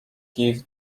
give